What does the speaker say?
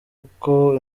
uko